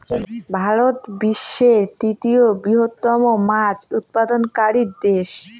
ভারত বিশ্বের তৃতীয় বৃহত্তম মাছ উৎপাদনকারী দেশ